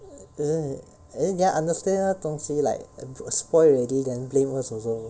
then 等一下 understand 那个东西 like spoil already then blame us also